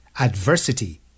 Adversity